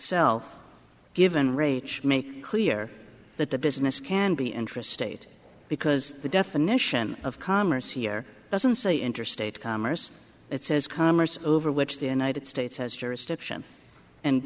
itself given rage make clear that the business can be intrastate because the definition of commerce here doesn't say interstate commerce it says commerce over which the united states has jurisdiction and